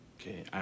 Okay